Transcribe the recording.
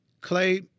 Clay